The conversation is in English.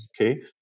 Okay